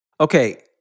Okay